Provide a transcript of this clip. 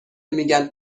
میگن